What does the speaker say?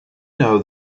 know